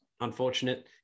unfortunate